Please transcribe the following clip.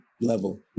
level